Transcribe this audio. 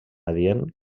adient